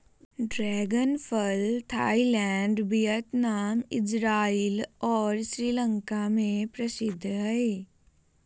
dragon फल Thailand Vietnam, Israel और श्रीलंका में प्रसिद्ध हइ